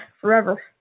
forever